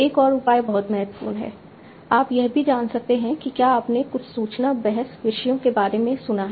एक और उपाय बहुत महत्वपूर्ण है आप यह भी जान सकते हैं कि क्या आपने कुछ सूचना बहस विषयों के बारे में सुना है